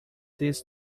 this